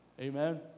Amen